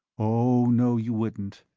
oh, no, you wouldn't,